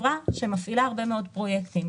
שמפעילה הרבה מאוד פרויקטים,